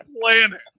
planet